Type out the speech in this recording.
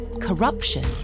corruption